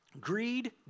greed